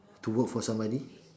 to work for somebody